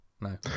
no